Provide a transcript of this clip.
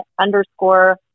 underscore